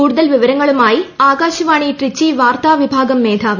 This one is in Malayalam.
കൂടുതൽ വിവരങ്ങളുമായി ആകാശവാണി ട്രിച്ചി വാർത്താവിഭാഗം മേധാവി